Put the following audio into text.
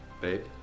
Babe